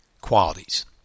Qualities